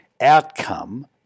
outcome